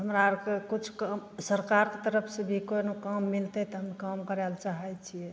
हमरा आरके किछु काम सरकारके तरफसे जे कोनो काम मिलतै तऽ हम काम करए लए चाहैत छियै